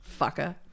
Fucker